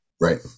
Right